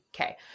Okay